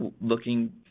looking